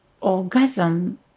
orgasm